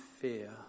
fear